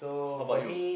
how bout you